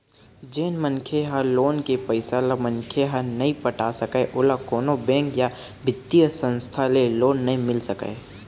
जेन मनखे ह लोन के पइसा ल मनखे ह नइ पटा सकय ओला कोनो बेंक या बित्तीय संस्था ले लोन नइ मिल सकय